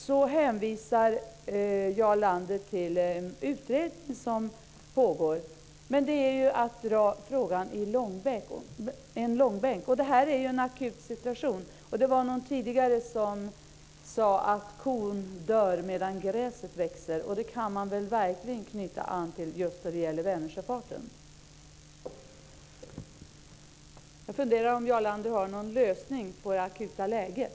Så hänvisar Jarl Lander till en utredning som pågår, men det är ju att dra frågan i långbänk. Det här är ju en akut situation. Det var någon tidigare som sade att kon dör medan gräset växer, och det kan man väl verkligen knyta an till just vad gäller Vänersjöfarten. Jag funderar om Jarl Lander har någon lösning på det akuta läget.